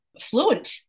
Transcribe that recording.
fluent